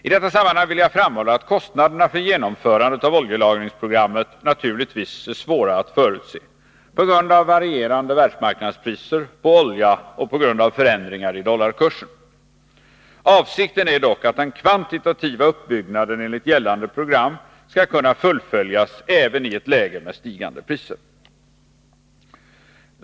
I detta sammanhang vill jag framhålla att kostnaderna för genomförandet av oljelagringsprogrammet naturligtvis är svåra att förutse på grund av varierande världsmarknadspriser på olja och förändringar i dollarkursen. Avsikten är dock att den kvantitativa uppbyggnaden enligt gällande program skall kunna fullföljas även i ett läge med stigande priser.